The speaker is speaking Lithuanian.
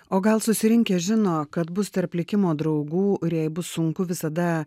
o gal susirinkę žino kad bus tarp likimo draugų ir jei bus sunku visada